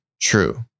True